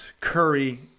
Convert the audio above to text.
Curry